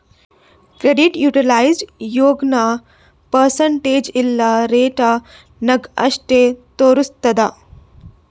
credit utilised ಯಾಗ್ನೂ percentage ಇಲ್ಲಾ rate ನಾಗ್ ಅಷ್ಟೇ ತೋರುಸ್ತುದ್